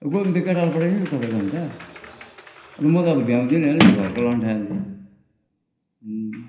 अब कोही भए न त केटालाई पठाइदिनु नि त तपाईँको अन्त अनि म त अब भ्याउँदिनँ होइन त्यो घरको लन्ठाले